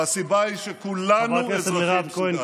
והסיבה היא שכולנו אזרחים סוג א'.